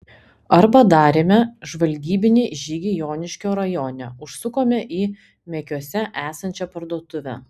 arba darėme žvalgybinį žygį joniškio rajone užsukome į mekiuose esančią parduotuvę